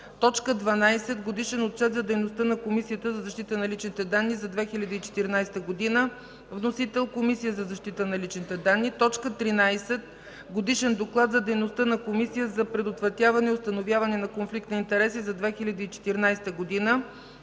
12. Годишен отчет за дейността на Комисията за защита на личните данни за 2014 г. Вносител – Комисията за защита на личните данни. 13. Годишен доклад за дейността на Комисията за предотвратяване и установяване на конфликт на интереси за 2014 г.